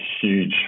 huge